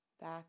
back